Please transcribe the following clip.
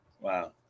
wow